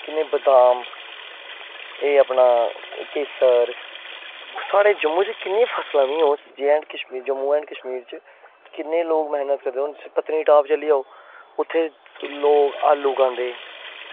की नांऽ बदाम एह् अपना केसर साढ़े किन्नियां फसलां होङ साढ़े जेएंडके जम्मू एंड कशमीर च किन्ने लोग मैह्नत करदे होङन हून तुस पत्नीटॉप चली जाओ ते उत्थें लोग आलू उगांदे